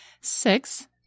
Six